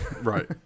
Right